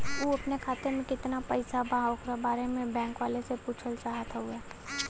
उ अपने खाते में कितना पैसा बा ओकरा बारे में बैंक वालें से पुछल चाहत हवे?